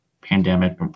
pandemic